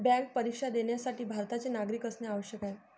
bank परीक्षा देण्यासाठी भारताचे नागरिक असणे आवश्यक आहे